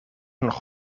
nog